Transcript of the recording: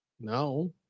No